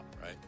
right